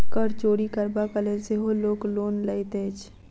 कर चोरि करबाक लेल सेहो लोक लोन लैत अछि